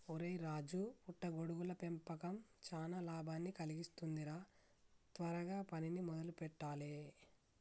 ఒరై రాజు పుట్ట గొడుగుల పెంపకం చానా లాభాన్ని కలిగిస్తుంది రా త్వరగా పనిని మొదలు పెట్టాలే